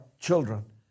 children